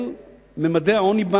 אני לא מסוגל להבין את ההיגיון הזה.